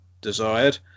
desired